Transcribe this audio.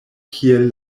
kiel